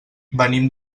venim